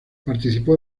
participó